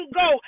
go